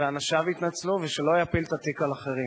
ואנשיו יתנצלו, ושלא יפיל את התיק על אחרים.